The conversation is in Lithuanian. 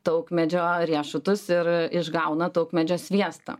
taukmedžio riešutus ir išgauna taukmedžio sviestą